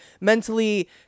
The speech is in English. mentally